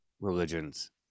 religions